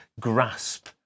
grasp